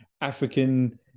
African